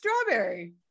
strawberry